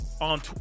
on